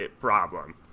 problem